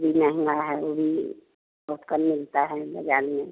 जी महँगा है ओ भी बहुत कम मिलता है बजार में